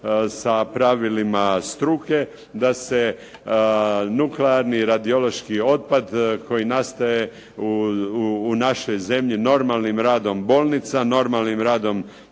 sa pravilima struke, da se nuklearni radiološki otpad koji nastaje u našoj zemlji normalnim radom bolnica, normalnim radom